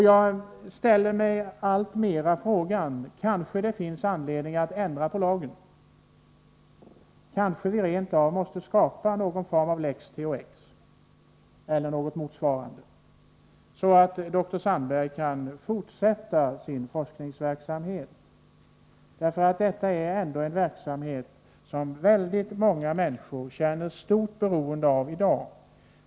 Jag frågar mig allt oftare om det kanske finns anledning att ändra lagen. Kanske vi rent av måste skapa någon form av lex THX eller motsvarande, så att dr Sandberg kan fortsätta sin forskningsverksamhet. Hans verksamhet är dock någonting som väldigt många människor är mycket beroende av i dag.